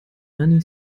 many